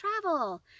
travel